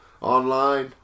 online